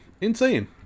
Insane